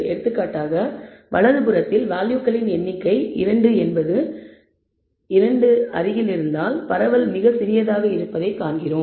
எடுத்துக்காட்டாக வலது புறத்தில் வேல்யூகளின் எண்ணிக்கை 2 என்பது 2 அருகில் இருந்தால் பரவல் மிக சிறியதாக இருப்பதை காண்கிறோம்